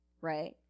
right